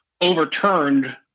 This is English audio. overturned